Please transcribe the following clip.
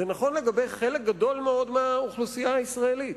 זה נכון לגבי חלק גדול מאוד מהאוכלוסייה הישראלית.